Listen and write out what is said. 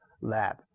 lab